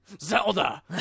Zelda